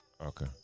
Okay